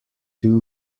two